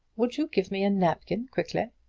would you give me a napkin quickly?